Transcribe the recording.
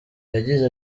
yagize